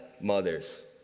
mothers